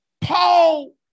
Paul